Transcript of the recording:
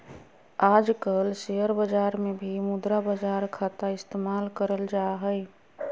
आजकल शेयर बाजार मे भी मुद्रा बाजार खाता इस्तेमाल करल जा हय